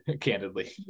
candidly